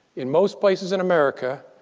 in most places in america,